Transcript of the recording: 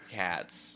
cats